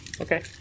Okay